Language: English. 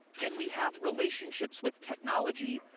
can we have relationships with technology,